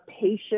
patient